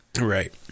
Right